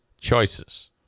choices